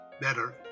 better